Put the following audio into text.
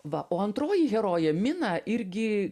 va o antroji herojė mina irgi